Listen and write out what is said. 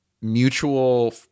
mutual